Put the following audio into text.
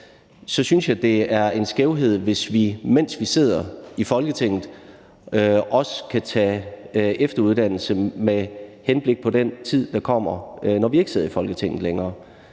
synes jeg, at det er en skævhed, hvis vi, mens vi sidder i Folketinget, også kan tage efteruddannelse med henblik på den tid, der kommer, når vi ikke sidder i Folketinget længere.